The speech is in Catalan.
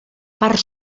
part